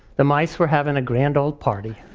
the mice were having a grand old party.